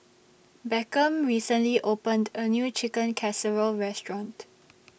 Beckham recently opened A New Chicken Casserole Restaurant